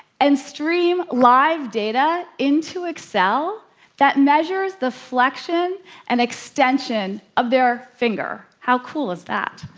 and stream live data into excel that measures the flexion and extension of their finger. how cool is that?